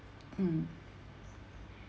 mm